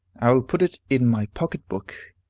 i will put it in my pocket-book,